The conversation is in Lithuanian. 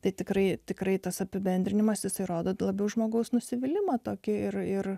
tai tikrai tikrai tas apibendrinimas įrodote labiau žmogaus nusivylimą tokie ir ir